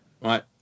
Right